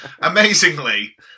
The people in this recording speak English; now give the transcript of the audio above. Amazingly